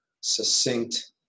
succinct